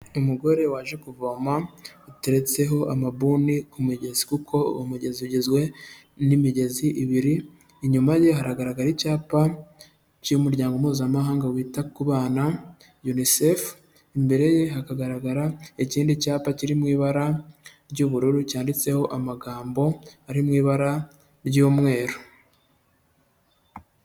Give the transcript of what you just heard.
Umugore waje kuvoma uteretseho amabuni ku mugezi, kuko uwo mugezi ugizwe n'imigezi ibiri, inyuma ye hagaragara icyapa cy'umuryango mpuzamahanga wita ku bana UNICEF, imbere ye hakagaragara ikindi cyapa kiri mu ibara ry'ubururu cyanditseho amagambo ari mu ibara ry'umweru.